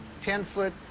ten-foot